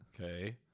Okay